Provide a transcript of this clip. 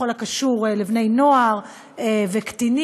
בכל הקשור לבני נוער וקטינים,